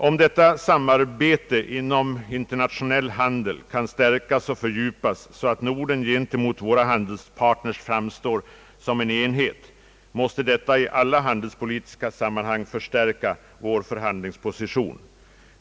Om detta samarbete inom internationell handel kan stärkas och fördjupas, så att Norden gentemot våra handelspartners framstår som en enhet, måste detta i alla handelspolitiska sammanhang förstärka vår förhandlingsposition.